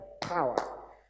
power